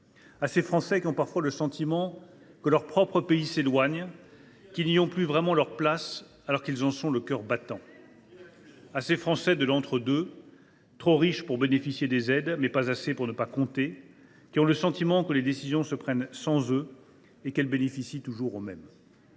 À ces Français qui ont parfois le sentiment que leur propre pays s’éloigne et qu’ils n’y ont plus vraiment leur place, alors qu’ils en sont le cœur battant. « À ces Français de l’entre deux, trop riches pour bénéficier des aides, mais pas assez pour ne pas compter, qui ont le sentiment que les décisions se prennent sans eux et qu’elles bénéficient toujours aux mêmes.